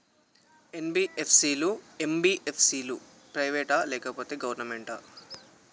NBFC లు, MBFC లు private ఆ లేకపోతే గవర్నమెంటా?